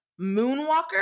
moonwalker